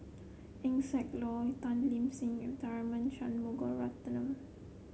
Eng Siak Loy Tan Lip Seng and Tharman Shanmugaratnam